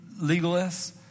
legalists